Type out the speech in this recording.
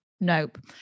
Nope